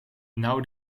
now